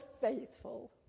faithful